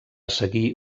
seguir